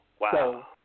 wow